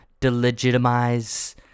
delegitimize